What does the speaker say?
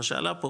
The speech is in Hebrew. מה שעלה פה,